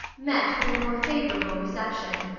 met with a more favorable reception.